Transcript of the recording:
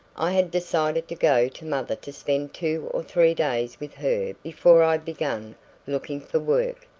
i had decided to go to mother to spend two or three days with her before i began looking for work.